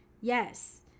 Yes